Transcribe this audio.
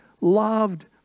loved